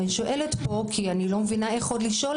אבל אני שואלת פה כי אני לא מבינה איך עוד לשאול